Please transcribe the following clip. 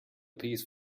piece